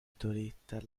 turistas